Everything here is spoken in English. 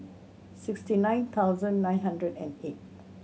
sixty nine thousand nine hundred and eight